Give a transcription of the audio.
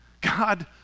God